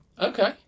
Okay